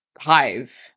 hive